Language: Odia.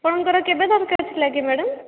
ଆପଣଙ୍କର କେବେ ଦରକାର ଥିଲା କି ମ୍ୟାଡ଼ମ୍